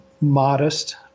modest